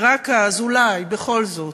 ורק אז, אולי, בכל זאת,